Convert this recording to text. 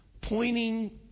pointing